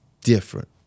different